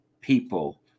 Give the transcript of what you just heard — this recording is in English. people